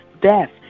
death